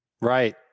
Right